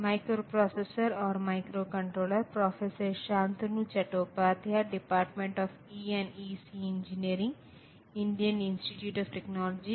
अब तक हमने जो भी प्रतिनिधित्व देखा है वे सभी संख्याएं प्रकृति में सकारात्मक हैं